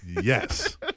Yes